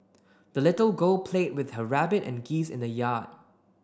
the little girl played with her rabbit and geese in the yard